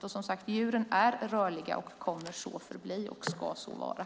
Och, som sagt, djuren är rörliga, kommer så att förbli och ska så vara.